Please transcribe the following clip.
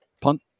Punt